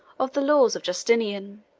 of the laws of justinian